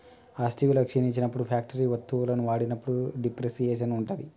ఆస్తి విలువ క్షీణించినప్పుడు ఫ్యాక్టరీ వత్తువులను వాడినప్పుడు డిప్రిసియేషన్ ఉంటది